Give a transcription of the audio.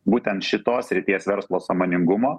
būtent šitos srities verslo sąmoningumo